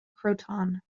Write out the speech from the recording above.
croton